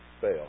fail